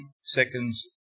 seconds